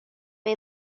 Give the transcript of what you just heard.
منو